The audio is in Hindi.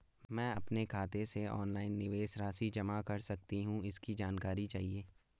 मैं अपने खाते से ऑनलाइन निवेश राशि जमा कर सकती हूँ इसकी जानकारी चाहिए?